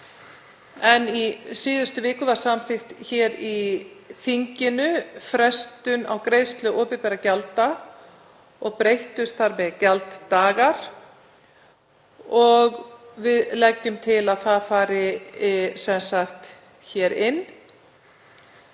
en í síðustu viku var samþykkt hér í þinginu frestun á greiðslu opinberra gjalda og breyttust þar með gjalddagar og leggjum við til að það fari hér inn